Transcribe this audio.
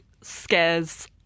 scares